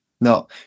No